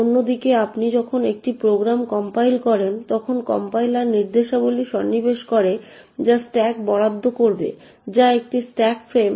অন্যদিকে আপনি যখন একটি প্রোগ্রাম কম্পাইল করেন তখন কম্পাইলার নির্দেশাবলী সন্নিবেশ করে যা স্ট্যাক বরাদ্দ করবে যা একটি স্ট্যাক ফ্রেম